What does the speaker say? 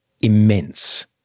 immense